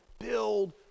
build